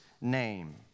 name